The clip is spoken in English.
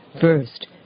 First